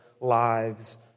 lives